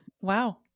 wow